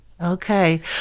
Okay